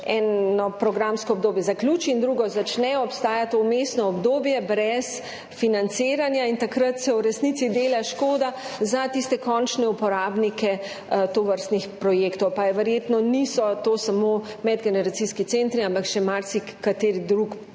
eno programsko obdobje zaključi in drugo začne, obstaja to vmesno obdobje brez financiranja. In takrat se v resnici dela škoda za končne uporabnike tovrstnih projektov, pa verjetno to niso samo medgeneracijski centri, ampak še marsikateri drug